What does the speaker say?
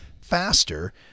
faster